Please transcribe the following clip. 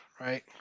right